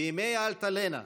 בימי אלטלנה,